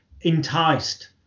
enticed